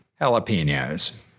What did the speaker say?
jalapenos